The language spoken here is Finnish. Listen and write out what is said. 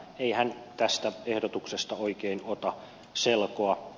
eihän tästä ehdotuksesta oikein ota selkoa